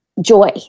joy